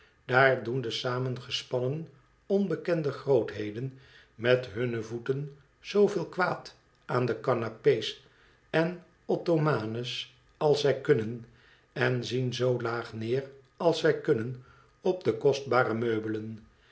daar doen de samengespannen onbekende grootheden niet hunne voeten zooveel kwaad aan de canapé's en ottomane's als zij kunnen en zien zoo laag neer als zij kunnen op de kostbare meubelen